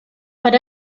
per